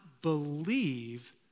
believe